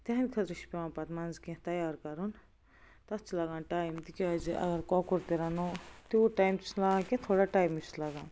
تٕہنٛدِ خٲطرٕ چھُ پیٚوان پتہٕ منٛزٕ کیٚنٛہہ تیار کرُن تتھ چھُ لگان ٹایم تِکیازِ اگر کۄکُر تہِ رنو تیوٗت ٹایم تہِ چھُس نہٕ لگان کیٚنٛہہ تھوڑا ٹایمٕے چھُس لگان